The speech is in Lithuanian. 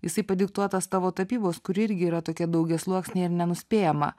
jisai padiktuotas tavo tapybos kuri irgi yra tokie daugiasluoksnė ir nenuspėjama